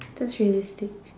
that's realistic